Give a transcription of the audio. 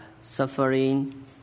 suffering